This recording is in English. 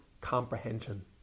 comprehension